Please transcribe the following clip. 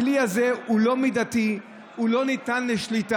הכלי הזה הוא לא מידתי, הוא לא ניתן לשליטה,